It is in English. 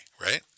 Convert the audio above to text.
right